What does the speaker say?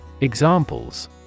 Examples